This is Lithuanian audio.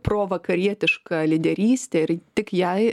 provakarietišką lyderystę ir tik jai